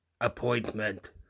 appointment